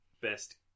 Best